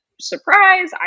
surprise